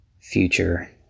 future